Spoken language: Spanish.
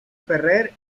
ferrer